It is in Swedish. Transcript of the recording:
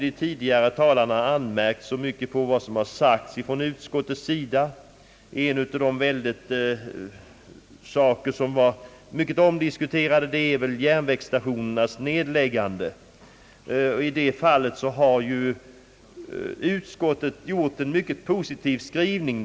De tidigare talarna har inte anmärkt så mycket på vad som sagts från utskottets sida. En fråga som har diskuterats åtskilligt är nedläggandet av järnvägsstationer. På den punkten har utskottet en mycket positiv skrivning.